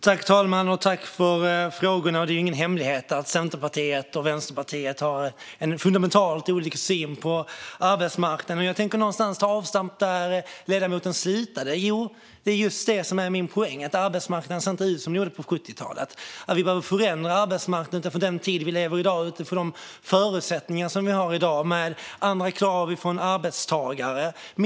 Herr talman! Tack, Ciczie Weidby, för frågorna! Det är ingen hemlighet att Centerpartiet och Vänsterpartiet har fundamentalt olika syn på arbetsmarknaden. Men jag tänkte ta avstamp där ledamoten slutade. Min poäng är just att arbetsmarknaden inte ser ut som den gjorde på 1970-talet. Vi behöver förändra arbetsmarknaden utifrån den tid vi lever i och utifrån de förutsättningar som vi har i dag. Kraven från arbetstagarna är andra.